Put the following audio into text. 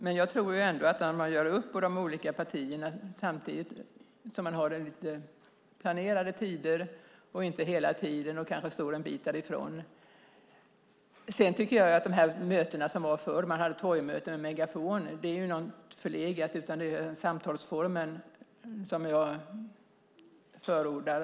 Men jag tror ändå att det är möjligt att göra upp i de olika partierna om att man finns på plats under planerade tider - alltså inte hela tiden - och att man kanske står en bit därifrån. Sedan tycker jag att de möten man hade förr, torgmöten med megafon, är något förlegat. Nu är det samtalsformen som jag förordar.